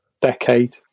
decade